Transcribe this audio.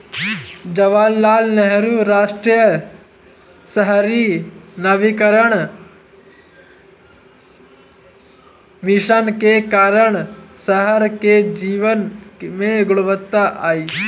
जवाहरलाल नेहरू राष्ट्रीय शहरी नवीकरण मिशन के कारण शहर के जीवन में गुणवत्ता आई